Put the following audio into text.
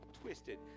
twisted